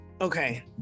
okay